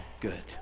good